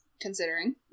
Considering